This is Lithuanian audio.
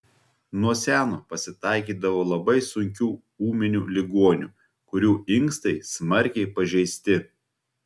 nuo seno pasitaikydavo labai sunkių ūminių ligonių kurių inkstai smarkiai pažeisti